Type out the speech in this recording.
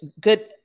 good